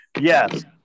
Yes